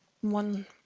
one